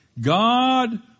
God